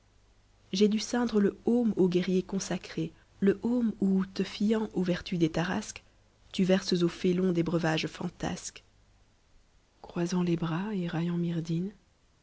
j'ai dû ceindre le heaume aux guerriers consacré le heaume où te fiant aux vertus des tarasques tu verses aux félons des breuvages fantasques cf m mm les bras